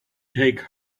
take